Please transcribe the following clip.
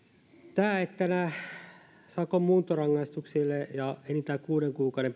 tämä että sakon muuntorangaistuksille ja enintään kuuden kuukauden